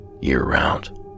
year-round